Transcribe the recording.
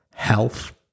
health